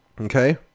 Okay